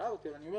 שיערתי ואני אומר